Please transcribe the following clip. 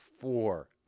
Four